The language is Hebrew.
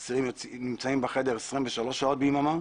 אסירים נמצאים בחדר 23 שעות ביממה,